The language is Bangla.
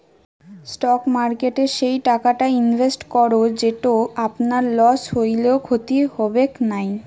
স্টক মার্কেটে সেই টাকাটা ইনভেস্ট করো যেটো আপনার লস হলেও ক্ষতি হবেক নাই